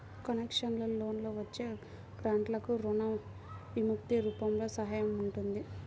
concessional లోన్ల ద్వారా వచ్చే గ్రాంట్లకు రుణ విముక్తి రూపంలో సహాయం ఉంటుంది